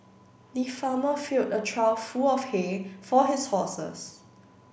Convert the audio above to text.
the farmer filled a trough full of hay for his horses